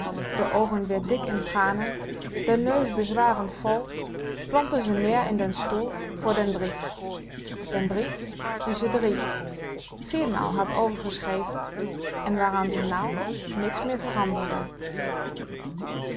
de oogen weer dik in tranen den neus bezwarend vol plompte ze neer in den stoel voor den brief den brief dien ze drie viermaal had overgeschreven en waaraan ze nou niks meer veranderde